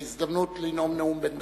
בהזדמנות לנאום נאום בן דקה.